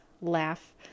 Laugh